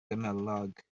gymylog